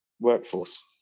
workforce